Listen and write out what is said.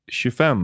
25